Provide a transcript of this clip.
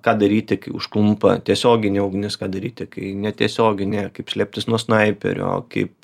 ką daryti kai užklumpa tiesioginė ugnis ką daryti kai netiesioginė kaip slėptis nuo snaiperio kaip